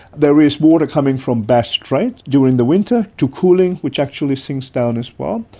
there is water coming from bass strait during the winter, to cooling, which actually sinks down as well.